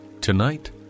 Tonight